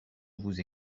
vous